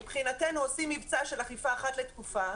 מבחינתנו עושים מבצע של אכיפה אחת לתקופה,